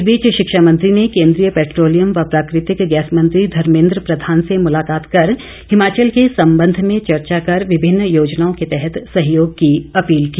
इस बीच शिक्षा मंत्री ने केंद्रीय पैट्रोलियम व प्राकृतिक गैस मंत्री धमेंद्र प्रधान से मुलाकात कर हिमाचल के संबंध में चर्चा कर विभिन्न योजनाओं के तहत सहयोग की अपील की